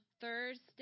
Thursday